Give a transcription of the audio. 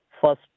first